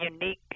unique